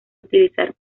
utilizar